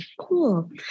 Cool